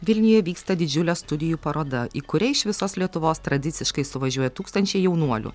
vilniuje vyksta didžiulė studijų paroda į kurią iš visos lietuvos tradiciškai suvažiuoja tūkstančiai jaunuolių